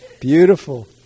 Beautiful